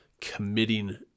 committing